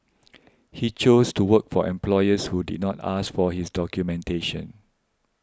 he chose to work for employers who did not ask for his documentation